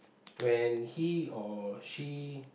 when he or she